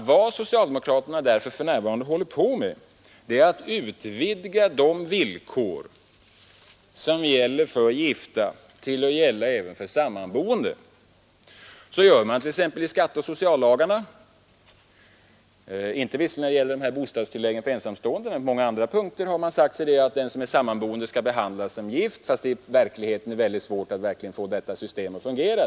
Vad socialdemokraterna därför för närvarande håller på med är att utvidga de villkor som gäller för gifta till att gälla även för sammanboende. Så gör man t.ex. inom skatteoch sociallagarna. Inte när det gäller bostadstilläggen för ensamstående, men på många andra punkter har man sagt sig att sammanboende skall behandlas som gifta. Det är i verkligheten mycket svårt att få detta system att fungera.